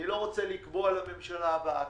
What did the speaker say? אני לא רוצה לקבוע לממשלה הבאה.